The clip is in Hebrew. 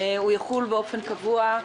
הוא יחול באופן קבוע.